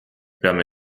peame